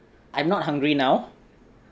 I not hungry now